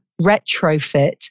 retrofit